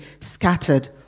scattered